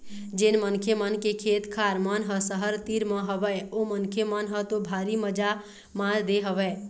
जेन मनखे मन के खेत खार मन ह सहर तीर म हवय ओ मनखे मन ह तो भारी मजा मार दे हवय